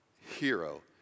hero